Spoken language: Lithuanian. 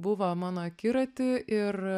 buvo mano akiraty ir